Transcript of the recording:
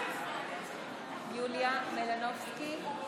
בעד מיכאל מלכיאלי,